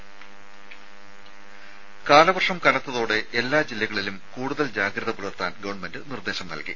രുമ കാലവർഷം കനത്തോടെ എല്ലാ ജില്ലകളിലും കൂടുതൽ ജാഗ്രത പുലർത്താൻ ഗവൺമെന്റ് നിർദ്ദേശം നൽകി